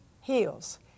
heals